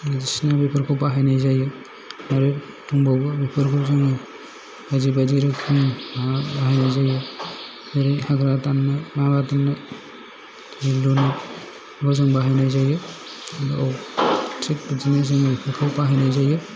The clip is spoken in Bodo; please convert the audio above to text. बायदिसिना बेफोरखौ बाहायनाय जायो आरो दंबावो बेफोरखौ जोङो बायदि बायदि रोखोमनि खामिनयाव बाहायनाय जायो आरो हाग्रा दाननाय माबा दाननाय बेफोराव जों बाहायनाय जायो थिख बिदिनो जों बेफोरखौ बाहायनाय जायो